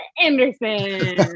Anderson